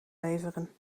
leveren